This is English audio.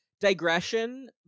digression